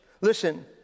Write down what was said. Listen